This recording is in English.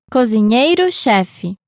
Cozinheiro-chefe